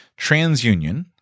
TransUnion